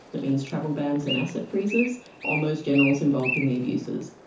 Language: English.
that means travel bans and asset freezes on those generals involved in the abuses.